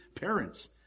parents